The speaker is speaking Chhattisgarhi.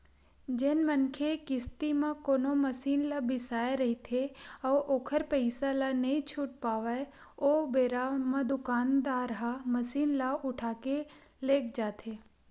जेन मनखे किस्ती म कोनो मसीन ल बिसाय रहिथे अउ ओखर पइसा ल नइ छूट पावय ओ बेरा म दुकानदार ह मसीन ल उठाके लेग जाथे